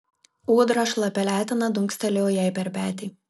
ūdra šlapia letena dunkstelėjo jai per petį